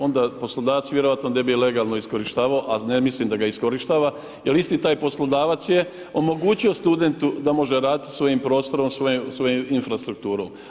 Onda poslodavci vjerojatno da bi je legalno iskorištavao a ne mislim da ga iskorištava jer isto taj poslodavac je omogućio studentu da može raditi svojim prostorom, svojom infrastrukturom.